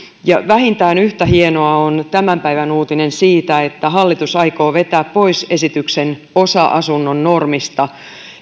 ja vähintään yhtä hienoa on tämän päivän uutinen siitä että hallitus aikoo vetää pois esityksen osa asunnon normista